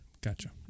gotcha